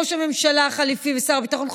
ראש הממשלה החליפי ושר הביטחון,